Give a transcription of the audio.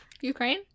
Ukraine